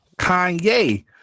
kanye